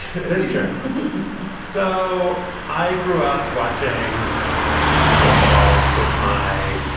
it is true so i grew up watching football with my